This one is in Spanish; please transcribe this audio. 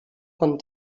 con